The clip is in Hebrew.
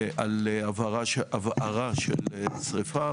על הבערה של שריפה,